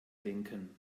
denken